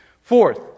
Fourth